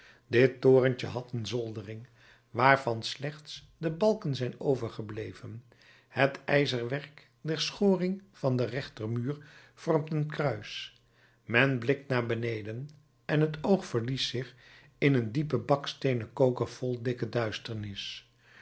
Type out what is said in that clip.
dit torentje had een zoldering waarvan slechts de balken zijn overgebleven het ijzerwerk der schoring van den rechtermuur vormt een kruis men blikt naar beneden en t oog verliest zich in een diepen baksteenen koker vol dikke duisternis